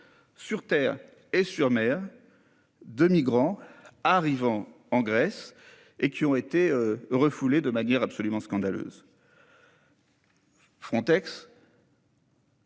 Sur terre et sur mer. De migrants arrivant en Grèce et qui ont été refoulés de manière absolument scandaleuse. Frontex.